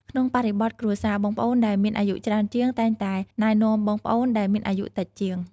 ក្នុងបរិបទគ្រួសារ បងប្អូនដែលមានអាយុច្រើនជាងតែងតែណែនាំបងប្អូនដែលមានអាយុតិចជាង។